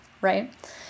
right